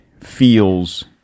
feels